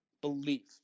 belief